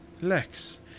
Lex